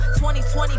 2020